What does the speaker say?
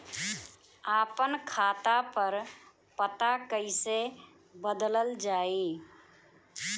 आपन खाता पर पता कईसे बदलल जाई?